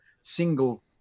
single